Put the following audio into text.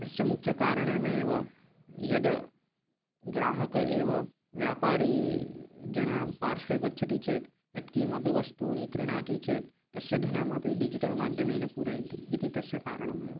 तस्य मुख्यकारणमेव यत् ग्राहकः एव व्यापारी जनाः पार्श्वे गच्छति चेत् यत्किमपि वस्तूनि क्रीणाति चेत् तस्य धनमपि डिजिटल् माध्यमेन पूरयन्ति इति तस्य कारणमेव